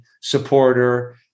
supporter